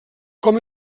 com